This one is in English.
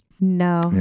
No